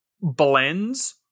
blends